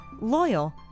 loyal